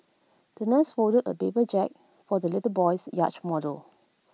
the nurse folded A paper Jack for the little boy's yacht model